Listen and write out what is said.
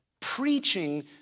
preaching